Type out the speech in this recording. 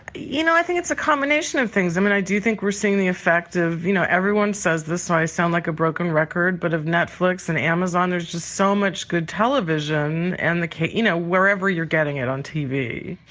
you know, i think it's a combination of things. i mean, i do think we're seeing the effect of, and you know everyone says this, i sound like a broken record, but of netflix and amazon. there's just so much good television and you know wherever you're getting it on tv.